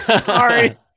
Sorry